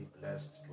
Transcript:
blessed